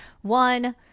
One